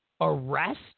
arrest